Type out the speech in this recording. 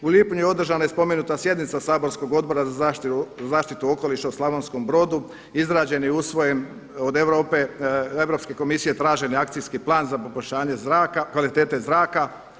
U lipnju je održana i spomenuta sjednica saborskog Odbora za zaštitu okoliša u Slavonskom Brodu, izgrađen i usvojen od Europske komisije tražene akcijski plan za poboljšanje kvalitete zraka.